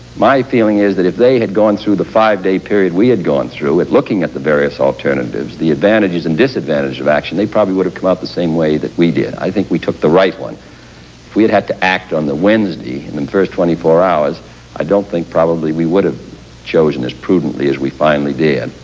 my feeling is that if they had gone through the five-day period we had gone through at looking at the various alternatives, the advantages and disadvantages of action, they probably would've come up the same way that we did. i think we took the right one. if we had had to act on the wednesday in the first twenty four hours i don't think, probably, we would've chosen as prudently as we finally did.